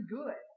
good